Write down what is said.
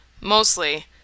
Mostly